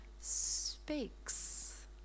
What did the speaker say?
speaks